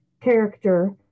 character